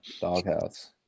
Doghouse